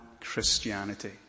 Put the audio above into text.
Christianity